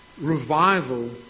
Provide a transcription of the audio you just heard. revival